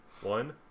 one